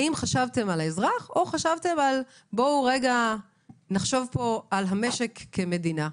האם חשבתם על האזרח או חשבתם על: בואו רגע נחשוב פה על המשק כמדינה?